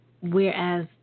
whereas